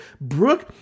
Brooke